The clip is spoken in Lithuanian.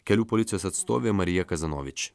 kelių policijos atstovė marija kazanovič